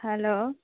hello